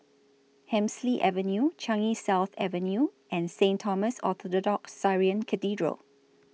Hemsley Avenue Changi South Avenue and Saint Thomas Orthodox Syrian Cathedral